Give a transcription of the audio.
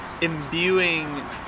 imbuing